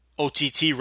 OTT